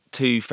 two